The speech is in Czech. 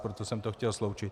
Proto jsem to chtěl sloučit.